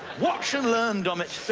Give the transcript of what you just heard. watch and learn, dommett!